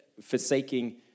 forsaking